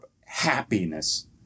happiness